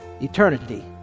Eternity